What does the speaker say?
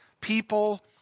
people